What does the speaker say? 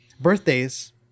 birthdays